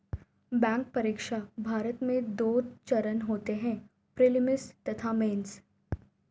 bank परीक्षा, भारत में दो चरण होते हैं प्रीलिम्स तथा मेंस